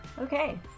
Okay